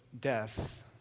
death